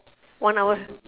one hour